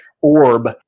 orb